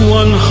one